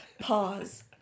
pause